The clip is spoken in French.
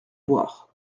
boire